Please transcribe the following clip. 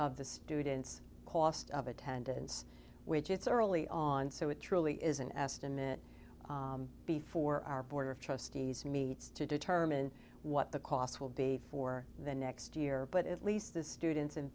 of the student's cost of attendance which it's early on so it truly is an estimate before our board of trustees meets to determine what the costs will be for the next year but at least the students and